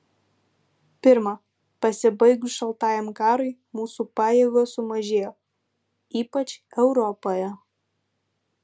pirma pasibaigus šaltajam karui mūsų pajėgos sumažėjo ypač europoje